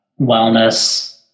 wellness